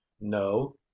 No